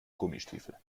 gummistiefel